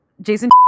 jason